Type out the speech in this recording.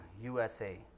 USA